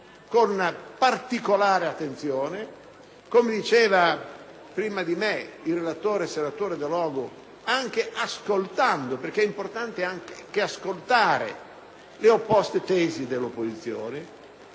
con particolare attenzione, come diceva prima di me il relatore, senatore Delogu, anche ascoltando (perché è importante ascoltare le opposte tesi dell'opposizione)